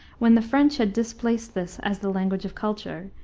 when the french had displaced this as the language of culture,